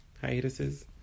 Hiatuses